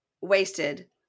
wasted